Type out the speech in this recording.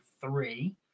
three